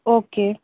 okay